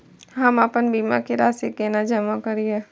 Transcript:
हम आपन बीमा के राशि केना जमा करिए?